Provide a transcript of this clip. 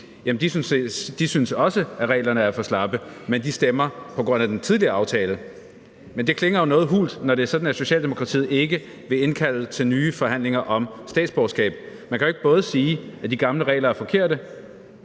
at de synes også, at reglerne er for slappe, men de stemmer, som de gør, på grund af den tidligere aftale, men det klinger jo noget hult, når det er sådan, at Socialdemokratiet ikke vil indkalde til nye forhandlinger om statsborgerskab. Man kan jo ikke både sige, at de gamle regler er forkerte,